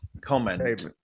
comment